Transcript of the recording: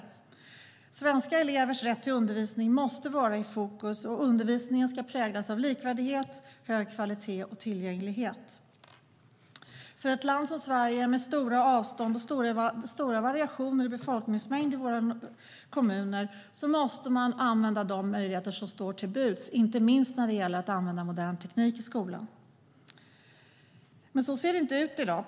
Men så ser det inte ut i dag.